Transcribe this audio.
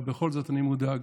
אבל בכל זאת אני מודאג.